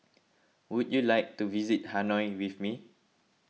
would you like to visit Hanoi with me